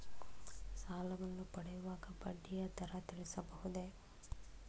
ಸಾಲವನ್ನು ಪಡೆಯುವಾಗ ಬಡ್ಡಿಯ ದರ ತಿಳಿಸಬಹುದೇ?